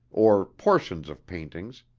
or portions of paintings,